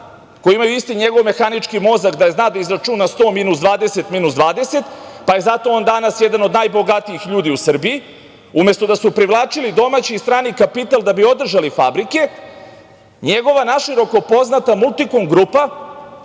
koji imaju isti njegov mehanički mozak da zna da izračuna 100 minus 20 minus 20, pa je zato on danas jedan od najbogatijih ljudi u Srbiji, umesto da su privlačili domaći i strani kapital da bi održali fabrike, njegova naširoko poznata „Multikom grupa“,